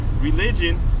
religion